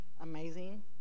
amazing